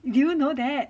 do you know that